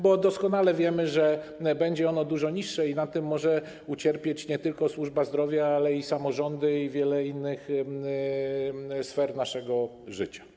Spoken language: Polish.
Bo doskonale wiemy, że będzie dużo niższy i na tym mogą ucierpieć nie tylko służba zdrowia, ale i samorządy oraz wiele innych sfer naszego życia.